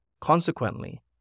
Consequently